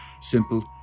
simple